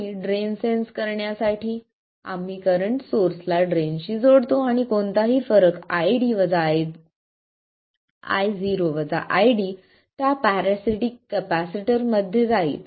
आणि drain sense करण्यासाठी आम्ही करंट सोर्सला ड्रेन शी जोडतो आणि कोणताही फरक Io ID त्या पॅरासिटिक कॅपेसिटर मध्ये जाईल